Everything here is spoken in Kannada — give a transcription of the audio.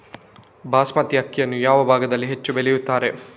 ಬಾಸ್ಮತಿ ಅಕ್ಕಿಯನ್ನು ಯಾವ ಭಾಗದಲ್ಲಿ ಹೆಚ್ಚು ಬೆಳೆಯುತ್ತಾರೆ?